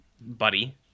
buddy